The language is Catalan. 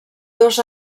dos